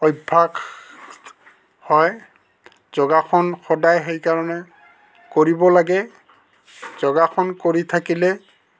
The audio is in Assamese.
অভ্যাস হয় যোগাসন সদায় সেইকাৰণে কৰিব লাগে যোগাসন কৰি থাকিলে